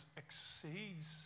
exceeds